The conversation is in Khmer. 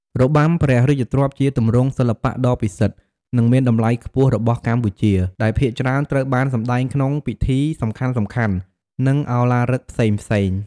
របាំព្រះរាជទ្រព្យជាទម្រង់សិល្បៈដ៏ពិសិដ្ឋ និងមានតម្លៃខ្ពស់របស់កម្ពុជា ដែលភាគច្រើនត្រូវបានសម្តែងក្នុងពិធីសំខាន់ៗ និងឧឡារិកផ្សេងៗ។